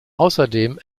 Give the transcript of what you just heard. außerdem